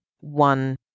one